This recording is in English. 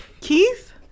keith